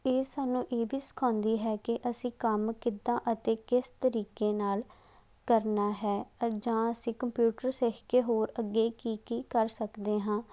ਇਹ ਸਾਨੂੰ ਇਹ ਵੀ ਸਿਖਾਉਂਦੀ ਹੈ ਕਿ ਅਸੀਂ ਕੰਮ ਕਿੱਦਾਂ ਅਤੇ ਕਿਸ ਤਰੀਕੇ ਨਾਲ ਕਰਨਾ ਹੈ ਅ ਜਾਂ ਅਸੀਂ ਕੰਪਿਊਟਰ ਸਿੱਖ ਕੇ ਹੋਰ ਅੱਗੇ ਕੀ ਕੀ ਕਰ ਸਕਦੇ ਹਾਂ